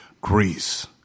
Greece